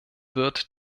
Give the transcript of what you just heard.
wird